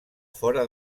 fora